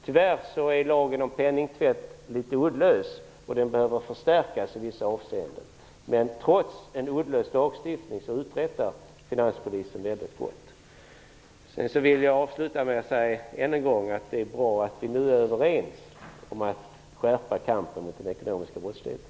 Tyvärr är lagen om penningtvätt litet uddlös och behöver förstärkas i vissa avseenden. Men trots en uddlös lagstiftning uträttar Finanspolisen mycket. Jag vill avslutningsvis än en gång säga att det är bra att vi nu är överens om att skärpa kampen mot den ekonomiska brottsligheten.